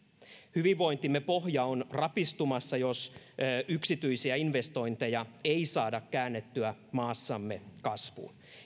hyvinvointimme pohja on rapistumassa jos yksityisiä investointeja ei saada käännettyä maassamme kasvuun